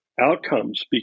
outcomes